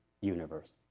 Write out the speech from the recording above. universe